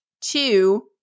two